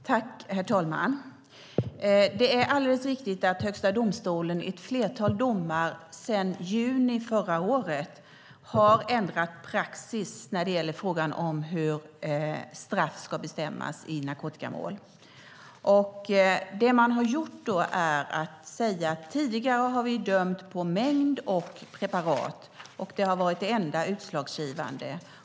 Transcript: Herr talman! Det är alldeles riktigt att Högsta domstolen i ett flertal domar sedan juni förra året har ändrat praxis när det gäller frågan om hur straff ska bestämmas i narkotikamål. Tidigare har man dömt utifrån mängd och preparat, och det har varit det enda utslagsgivande.